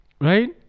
Right